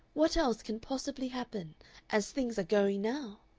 what else can possibly happen as things are going now?